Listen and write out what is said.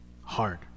hard